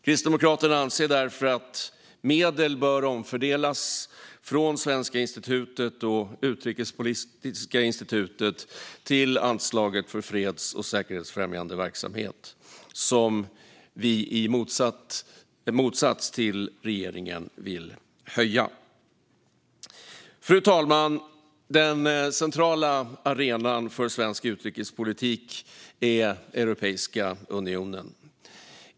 Kristdemokraterna anser därför att medel bör omfördelas från Svenska institutet och Utrikespolitiska institutet till anslaget för freds och säkerhetsfrämjande verksamhet, som vi i motsats till regeringen vill höja. Fru talman! Den centrala arenan för svensk utrikespolitik är Europeiska unionen.